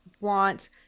want